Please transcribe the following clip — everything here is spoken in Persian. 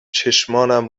چشمانم